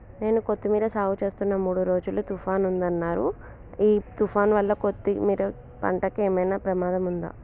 నేను కొత్తిమీర సాగుచేస్తున్న మూడు రోజులు తుఫాన్ ఉందన్నరు ఈ తుఫాన్ వల్ల కొత్తిమీర పంటకు ఏమైనా ప్రమాదం ఉందా?